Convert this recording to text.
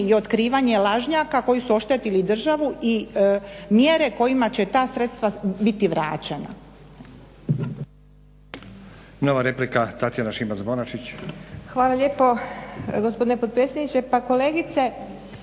i otkrivanje lažnjaka koji su oštetili državu i mjere kojima će ta sredstva biti vraćena.